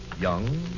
young